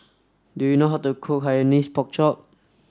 do you know how to cook Hainanese Pork Chop